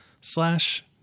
slash